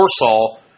Warsaw